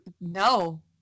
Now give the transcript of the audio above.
no